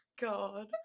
God